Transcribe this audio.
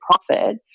profit